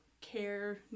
care